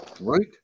Right